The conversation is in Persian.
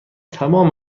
تمام